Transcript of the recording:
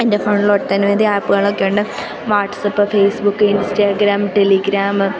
എൻ്റെ ഫോണിലോട്ടനവധി ആപ്പുകളൊക്കെ ഉണ്ട് വാട്സപ്പ് ഫേയ്സ്ബുക്ക് ഇൻസ്റ്റാഗ്രാം ടെലിഗ്രാം